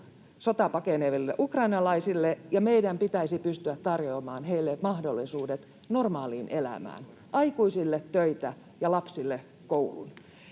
sotaa pakeneville ukrainalaisille, ja meidän pitäisi pystyä tarjoamaan heille mahdollisuudet normaaliin elämään: aikuisille töitä ja lapsille koulua.